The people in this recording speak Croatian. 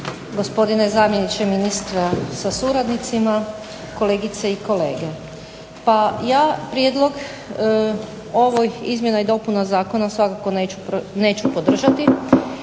Gospodine zamjeniče ministra sa suradnicima, kolegice i kolege. Pa ja prijedlog izmjena i dopuna zakona svakako neću podržati.